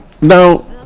now